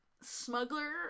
Smuggler